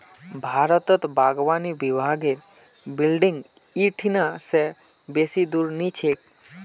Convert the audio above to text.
भारतत बागवानी विभागेर बिल्डिंग इ ठिन से बेसी दूर नी छेक